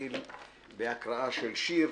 נתחיל בהקראה של שיר.